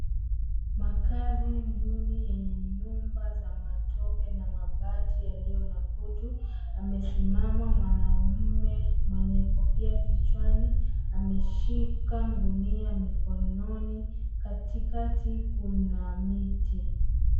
Makazi duni yenye nyumba za matope na mabati yaliyo na kutu. Amesimama mwanaume mwenye kofia kichwani. Ameshika gunia mikononi. Katikati kuna miti.